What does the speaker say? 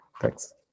Thanks